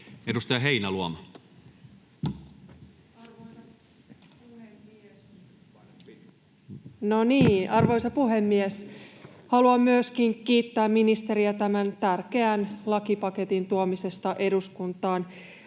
Content: Arvoisa puhemies! Haluan myöskin kiittää ministeriä tämän tärkeän lakipaketin tuomisesta eduskuntaan.